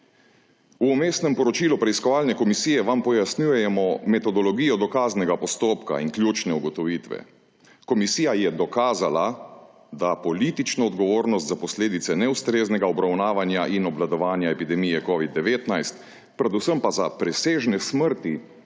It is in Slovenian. V vmesnem poročilu preiskovalne komisije vam pojasnjujemo metodologijo dokaznega postopka in ključne ugotovitve. Komisija je dokazala, da politično odgovornost za posledice neustreznega obravnavanja in obvladovanja epidemije covida 19 predvsem pa za presežne smrti